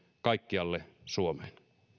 kaikkialle suomeen